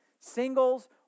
Singles